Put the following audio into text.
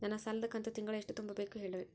ನನ್ನ ಸಾಲದ ಕಂತು ತಿಂಗಳ ಎಷ್ಟ ತುಂಬಬೇಕು ಹೇಳ್ರಿ?